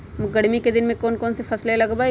गर्मी के दिन में कौन कौन फसल लगबई?